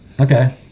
Okay